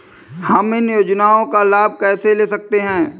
हम इन योजनाओं का लाभ कैसे ले सकते हैं?